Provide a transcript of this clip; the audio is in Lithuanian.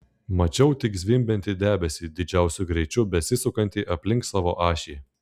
mačiau tik zvimbiantį debesį didžiausiu greičiu besisukantį aplink savo ašį